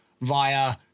via